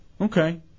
Okay